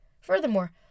Furthermore